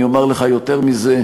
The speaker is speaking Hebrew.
אני אומר לך יותר מזה: